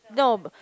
no